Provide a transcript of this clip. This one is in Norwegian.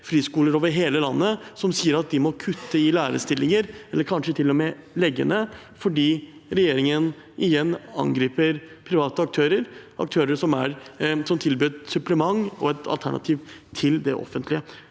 friskoler over hele landet som sier at de må kutte i lærerstillinger eller kanskje til og med legge ned fordi regjeringen igjen angriper private aktører, aktører som tilbyr et supplement og et alternativ til det offentlige.